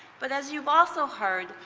but as you have also heard,